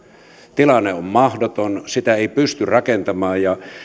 tilanne on mahdoton sitä ei pysty rakentamaan ja